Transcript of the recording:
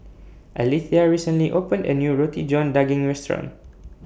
Alethea recently opened A New Roti John Daging Restaurant